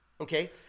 okay